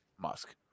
Musk